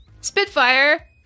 Spitfire